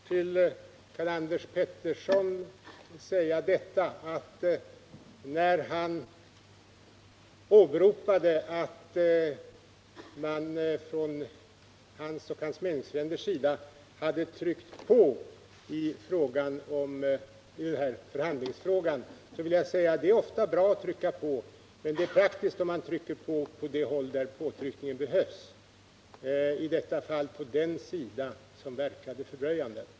Herr talman! Låt mig först säga till Karl-Anders Petersson, som åberopade | att han och hans meningsfränder hade tryckt på i förhandlingsfrågan, att det | ofta är bra att trycka på, men det är praktiskt att trycka på där påtryckningar behövs — i detta fall den sida som verkade fördröjande.